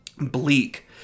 bleak